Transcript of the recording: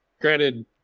Granted